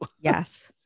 yes